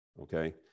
Okay